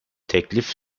teklif